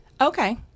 Okay